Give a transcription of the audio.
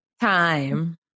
time